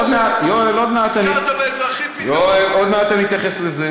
עוד מעט, עוד מעט, תפסיק לעבוד עלינו.